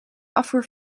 afvoer